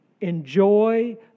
Enjoy